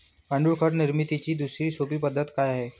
गांडूळ खत निर्मितीची दुसरी सोपी पद्धत आहे का?